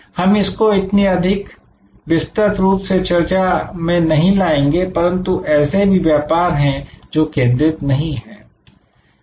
हम इसको इतनी अधिक विस्तृत रूप से चर्चा में नहीं लाएंगे परंतु ऐसे भी व्यापार हैं जो केंद्रित नहीं है